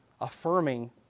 affirming